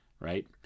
Right